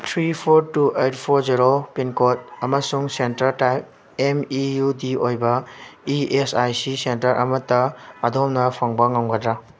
three four two eight four zero pin code ꯑꯃꯁꯨꯡ centre type M E U D ꯑꯣꯏꯕ E S I C centre ꯑꯃꯠꯇ ꯑꯗꯣꯝꯅ ꯐꯪꯕ ꯉꯝꯒꯗ꯭ꯔꯥ